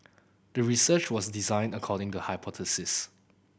the research was designed according the hypothesis